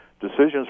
decisions